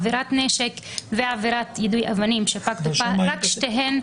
אם עבירות נשק וזריקת אבנים הוכרו כמכת מדינה,